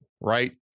right